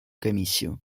комиссию